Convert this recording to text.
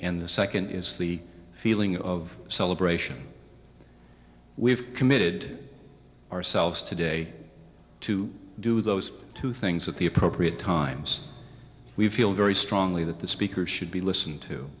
and the second is the feeling of celebration we've committed ourselves today to do those two things at the appropriate times we feel very strongly that the speaker should be listen